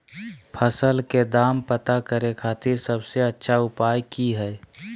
फसल के दाम पता करे खातिर सबसे अच्छा उपाय की हय?